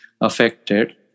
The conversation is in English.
affected